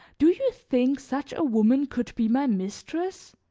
do you think such a woman could be my mistress?